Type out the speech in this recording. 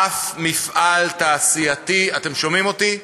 אף מפעל תעשייתי, אתם שומעים אותי?